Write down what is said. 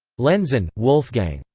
lenzen, wolfgang.